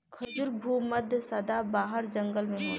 खजूर भू मध्य सदाबाहर जंगल में होला